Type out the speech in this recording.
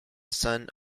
son